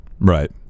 Right